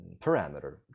parameter